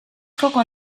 latinezko